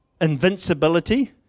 Invincibility